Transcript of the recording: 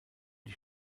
die